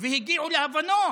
והגיעו להבנות,